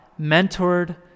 mentored